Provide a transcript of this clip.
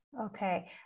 Okay